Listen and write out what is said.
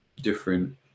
different